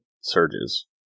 surges